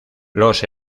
los